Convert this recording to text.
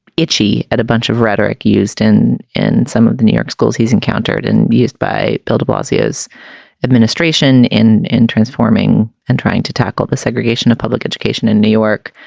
itchy at a bunch of rhetoric used in and some of the new york schools he's encountered and used by bill de blasio as administration in in transforming and trying to tackle the segregation of public education in new york.